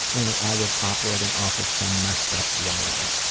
only i was operating off of some messed up wiring.